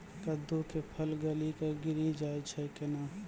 कददु के फल गली कऽ गिरी जाय छै कैने?